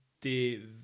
De